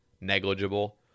Negligible